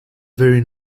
very